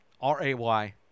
R-A-Y